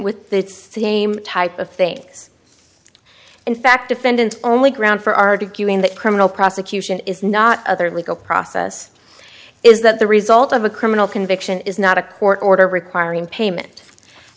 with the same type of thing is in fact defendant only ground for arguing that criminal prosecution is not other legal process is that the result of a criminal conviction is not a court order requiring payment